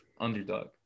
underdog